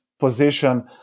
position